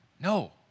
No